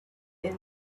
end